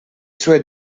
sue